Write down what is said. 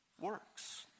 Works